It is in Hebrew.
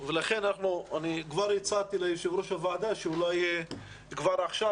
לכן כבר הצעתי ליושב-ראש הוועדה שאולי כבר עכשיו